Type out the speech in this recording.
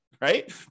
right